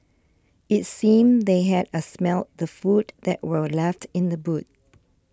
it seemed they had a smelt the food that were left in the boot